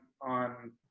on